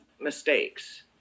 mistakes